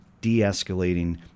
de-escalating